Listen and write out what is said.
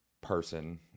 person